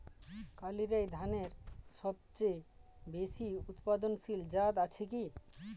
কালিরাই ধানের সবচেয়ে বেশি উৎপাদনশীল জাত আছে কি?